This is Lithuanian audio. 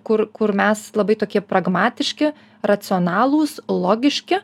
kur kur mes labai tokie pragmatiški racionalūs logiški